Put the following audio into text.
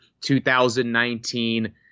2019